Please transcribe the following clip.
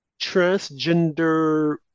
transgender